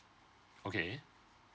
okay